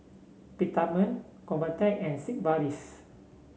Peptamen Convatec and Sigvaris